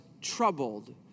troubled